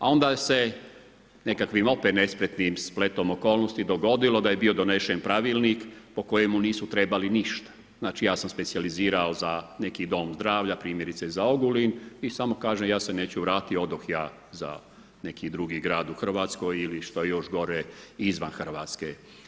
A onda se nekakvim opet nespretnim spletom okolnosti dogodilo da je bio donesen pravilnik po kojemu nisu trebali ništa, znači ja sam specijalizirao za neki dom zdravlja, primjerice za Ogulin i samo kažem ja se neću vratiti, odoh ja za neki drugi grad u Hrvatskoj ili što je još gore. izvan Hrvatske.